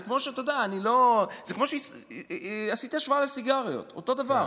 זה כמו שעשית השוואה לסיגריות, אותו דבר.